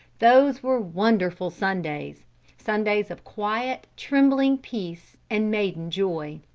those were wonderful sundays sundays of quiet, trembling peace and maiden joy.